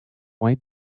why